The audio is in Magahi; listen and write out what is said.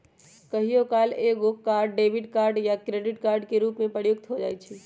कहियो काल एकेगो कार्ड डेबिट कार्ड आ क्रेडिट कार्ड के रूप में प्रयुक्त हो जाइ छइ